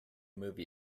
movie